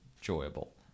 enjoyable